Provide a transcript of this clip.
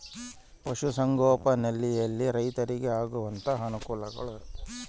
ಪಶುಸಂಗೋಪನೆಯಲ್ಲಿ ರೈತರಿಗೆ ಆಗುವಂತಹ ಅನುಕೂಲಗಳು?